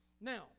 Now